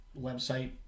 website